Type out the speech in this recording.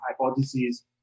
hypotheses